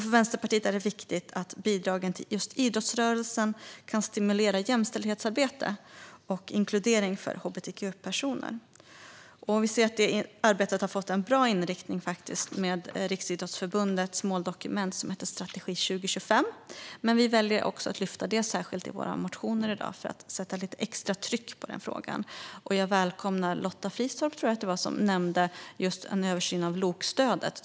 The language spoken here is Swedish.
För Vänsterpartiet är det viktigt att bidragen till idrottsrörelsen kan stimulera jämställdhetsarbete och inkludering för hbtq-personer. Detta arbete har fått en bra inriktning med Riksidrottsförbundets måldokument, som heter Strategi 2025, men vi väljer att lyfta fram detta särskilt i våra motioner i dag för att sätta lite extra tryck i denna fråga. Jag välkomnar det som Lotta Finstorp, tror jag det var, nämnde om översynen av LOK-stödet.